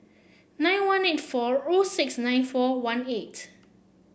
nine one eight four O six nine four one eight